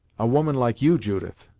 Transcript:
a woman like you, judith!